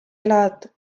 elad